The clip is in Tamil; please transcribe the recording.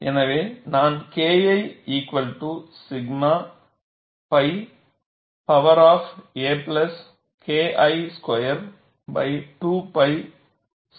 எனவே நான் KI 𝛔 pi power of a KI square 2 pi 𝛔 square ys